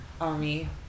army